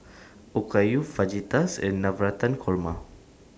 Okayu Fajitas and Navratan Korma